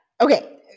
Okay